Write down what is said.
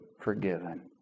forgiven